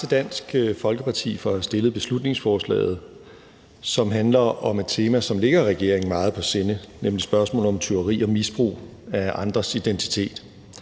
Tak til Dansk Folkeparti for at have fremsat beslutningsforslaget, som handler om et tema, som ligger regeringen meget på sinde, nemlig spørgsmålet om tyveri og misbrug af andres identitet.